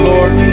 Lord